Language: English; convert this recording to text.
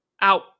out